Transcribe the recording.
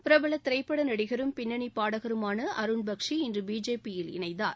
பிரபல திரைப்பட நடிகரும் பின்னணி பாடகருமான அருண் பக்ஷி இன்று பிஜேபியில் இணைந்தார்